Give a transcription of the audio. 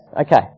Okay